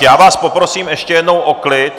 Já vás poprosím ještě jednou o klid.